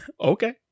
okay